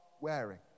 wearing